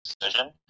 decision